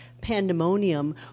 pandemonium